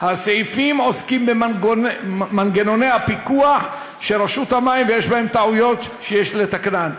הסעיפים עוסקים במנגנוני הפיקוח של רשות המים ויש בהם טעויות שיש לתקנן.